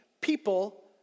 people